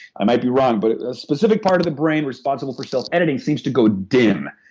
i might be wrong, but the specific part of the brain responsible for self-editing seems to go dim.